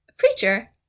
Preacher